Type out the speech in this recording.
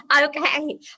okay